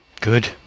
Good